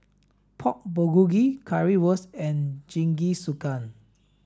Pork Bulgogi Currywurst and Jingisukan